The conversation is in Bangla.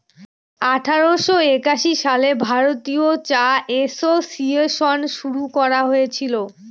আঠারোশো একাশি সালে ভারতীয় চা এসোসিয়েসন শুরু করা হয়েছিল